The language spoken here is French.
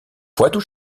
poitou